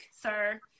sir